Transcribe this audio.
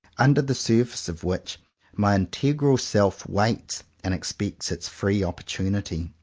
under the surface of which my integral self waits and expects its free opportunity.